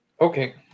Okay